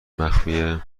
مخفیه